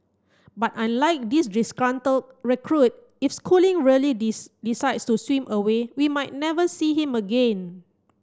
but unlike this disgruntled recruit if Schooling really decides to swim away we might never see him again